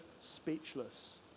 speechless